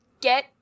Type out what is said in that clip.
get